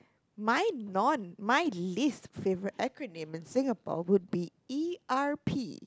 mine non my least favorite acronym in Singapore would be E_R_P